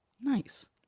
Nice